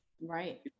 Right